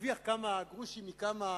נרוויח כמה גרושים מכמה,